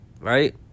Right